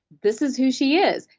this is who she is.